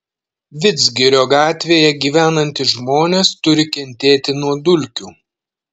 vidzgirio gatvėje gyvenantys žmonės turi kentėti nuo dulkių